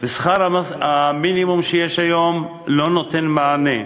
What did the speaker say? שכר המינימום שיש היום לא נותן מענה.